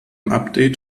update